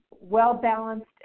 well-balanced